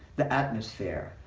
the atmosphere,